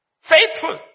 Faithful